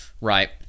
Right